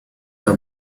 are